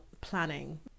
planning